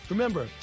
Remember